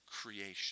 creation